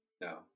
no